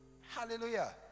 Hallelujah